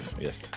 Yes